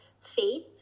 faith